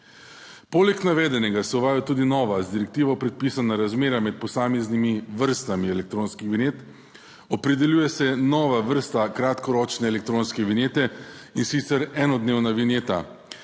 Poleg navedenega se uvaja tudi nova, z direktivo predpisana razmerja med posameznimi vrstami elektronskih vinjet. Opredeljuje se nova vrsta kratkoročne elektronske vinjete, in sicer enodnevna vinjeta.